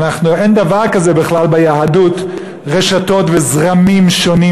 אין דבר כזה בכלל ביהדות רשתות וזרמים שונים,